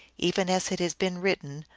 even as it has been written,